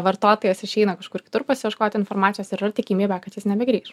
vartotojas išeina kažkur kitur pasiieškoti informacijos ir yra tikimybė kad jis nebegrįš